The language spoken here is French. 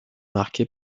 marquée